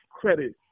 credit